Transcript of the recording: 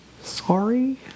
sorry